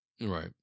Right